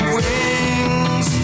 wings